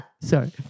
sorry